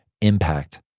impact